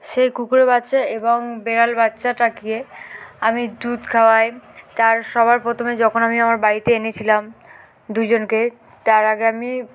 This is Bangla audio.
সেই কুকুরের বাচ্চা এবং বেড়াল বাচ্চাটাকে আমি দুধ খাওয়াই তার সবার প্রথমে যখন আমি আমার বাড়িতে এনেছিলাম দুজনকে তার আগে আমি